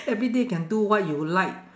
everyday can do what you like